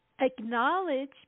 acknowledge